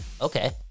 Okay